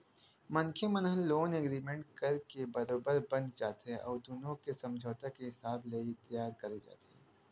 मनखे मन ह लोन एग्रीमेंट करके बरोबर बंध जाथे अउ दुनो के समझौता के हिसाब ले ही तियार करे जाथे